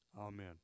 amen